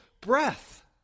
breath